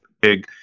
big